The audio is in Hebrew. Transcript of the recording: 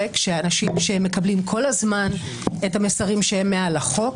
כשאנשים שמקבלים כל הזמן את המסרים שהם מעל החוק,